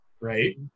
right